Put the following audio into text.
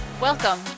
Welcome